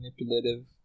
manipulative